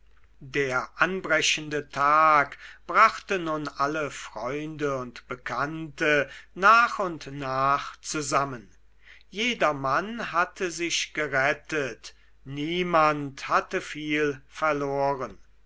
der anbrechende tag brachte nun alle freunde und bekannte nach und nach zusammen jedermann hatte sich gerettet niemand hatte viel verloren